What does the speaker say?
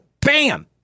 bam